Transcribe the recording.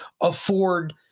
afford